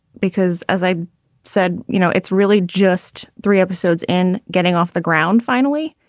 because as i said, you know, it's really just three episodes in getting off the ground finally.